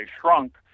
shrunk